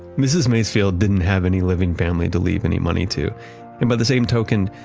mrs. macefield didn't have any living family to leave any money to and by the same token,